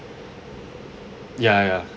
ya ya